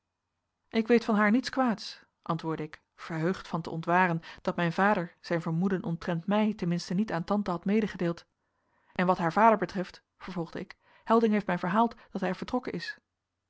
ik weet van haar niets kwaads antwoordde ik verheugd van te ontwaren dat mijn vader zijn vermoeden omtrent mij ten minste niet aan tante had medegedeeld en wat haar vader betreft vervolgde ik helding heeft mij verhaald dat hij vertrokken is